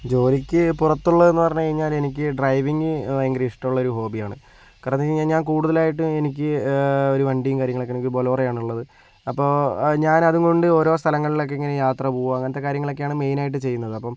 ജോലിക്ക് പുറത്തുള്ളതെന്ന് പറഞ്ഞുകഴിഞ്ഞാല് എനിക്ക് ഡ്രൈവിങ് ഭയങ്കര ഇഷ്ടമുള്ള ഒരു ഹോബിയാണ് കാരണമെന്ന് പറഞ്ഞ് കഴിഞ്ഞാൽ ഞാൻ കൂടുതലായിട്ടും എനിക്ക് ഒരു വണ്ടിയും കാര്യങ്ങളൊക്കെ എനിക്ക് ബൊലേറോ ആണുള്ളത് അപ്പോൾ ഞാനതുകൊണ്ട് ഓരോ സ്ഥലങ്ങളിലൊക്കെ ഇങ്ങനെ യാത്രപോകും അങ്ങനെത്തെ കാര്യങ്ങളൊക്കെയാണ് മെയ്നായിട്ട് ചെയ്യുന്നത് അപ്പോൾ